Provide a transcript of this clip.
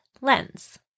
lens